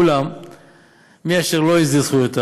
אולם מי שלא הסדיר זכויותיו,